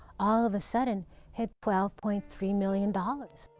all of a sudden had twelve point three million dollars,